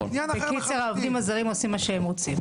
בקיצור העובדים הזרים עושים מה שהם רוצים.